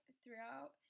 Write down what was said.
throughout